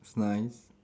~s nice